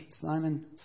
Simon